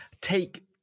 take